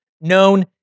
known